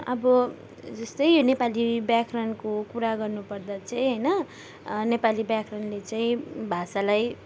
अब जस्तै यो नेपाली व्याकरणको कुरा गर्नुपर्दा चाहिँ होइन नेपाली व्याकरणले चाहिँ भाषालाई